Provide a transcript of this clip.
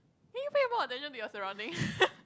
can you pay more attention to your surrounding